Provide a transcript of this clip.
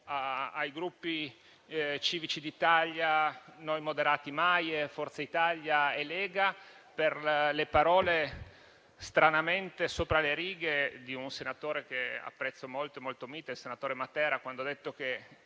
ai Gruppi Civici d'Italia-Noi moderati-MAIE, Forza Italia e Lega, per le parole stranamente sopra le righe di un senatore molto mite che apprezzo molto, il senatore Matera, quando ha detto che